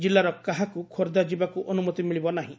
ଜିଲ୍ଲାର କାହାକୁ ଖୋର୍କ୍ଷା ଯିବାକୁ ଅନୁମତି ମିଳିବ ନାହଁ